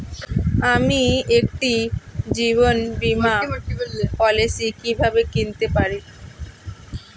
আমি একটি জীবন বীমা পলিসি কিভাবে কিনতে পারি?